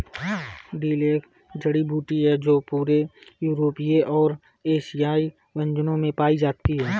dill एक जड़ी बूटी है जो पूरे यूरोपीय और एशियाई व्यंजनों में पाई जाती है